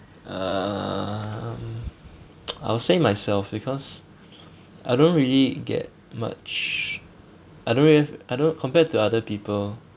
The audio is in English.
um I will say myself because I don't really get much I don't really have I don't compared to other people